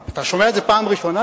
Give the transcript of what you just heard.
אתה שומע את זה פעם ראשונה?